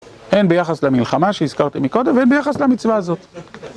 הן ביחס למלחמה שהזכרתי מקודם, והן ביחס למצווה הזאת.